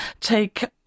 take